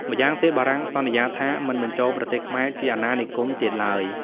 ម្យ៉ាងទៀតបារាំងសន្យាថាមិនបញ្ចូលប្រទេសខ្មែរជាអាណា និគមទៀតឡើយ។